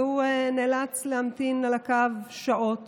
והוא נאלץ להמתין על הקו שעות